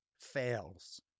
fails